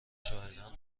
شاهدان